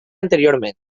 anteriorment